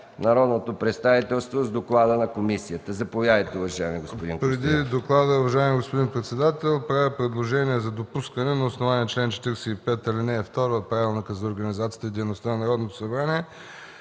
народното представителство с доклада на комисията. Заповядайте, уважаеми господин